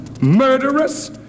murderous